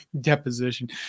Deposition